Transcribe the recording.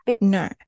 No